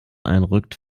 einrückt